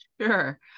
Sure